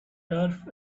turf